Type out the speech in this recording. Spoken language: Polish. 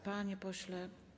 Panie pośle.